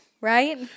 Right